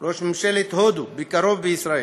ממשלת הודו בקרוב בישראל.